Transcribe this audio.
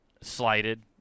slighted